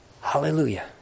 Hallelujah